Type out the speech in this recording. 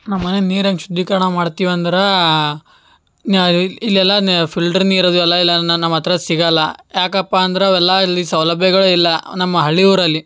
ನಮ್ಮನೆ ನೀರನ ಶುದ್ಧೀಕರಣ ಮಾಡ್ತೀವಿ ಅಂದ್ರ ಇಲ್ಲೆಲ್ಲ ನಿ ಫಿಲ್ಟ್ರ್ ನೀರು ಅದು ಎಲ್ಲ ಇಲ್ಲ ನಮ್ಮ ಹತ್ರ ಸಿಗಲ್ಲ ಯಾಕಪ್ಪ ಅಂದ್ರ ಅವೆಲ್ಲ ಇಲ್ಲಿ ಸೌಲಭ್ಯಗಳು ಇಲ್ಲ ನಮ್ಮ ಹಳ್ಳಿ ಊರಲ್ಲಿ